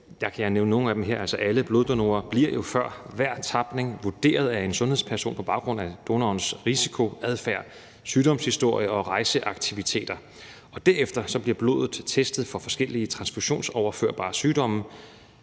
jeg kan her nævne nogle af dem. Alle bloddonorer bliver jo før hver tapning vurderet af en sundhedsperson på baggrund af donorens risikoadfærd, sygdomshistorie og rejseaktiviteter, og derefter bliver blodet testet for forskellige transfusionsoverførbare sygdomme,